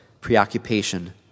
preoccupation